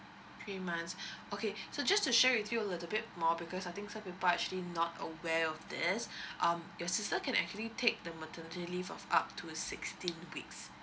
three months okay so just to share with you a little bit more because I think some people are actually not aware of this um your sister can actually take the maternity leave of up to sixteen weeks